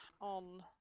on